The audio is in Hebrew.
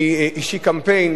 מי השיק קמפיין,